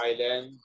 Thailand